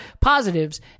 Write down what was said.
positives